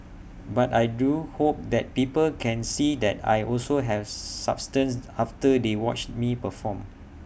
but I do hope that people can see that I also have substance after they watch me perform